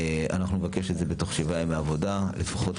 נבקש את זה בתוך שבעה ימי עבודה לפחות,